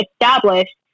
established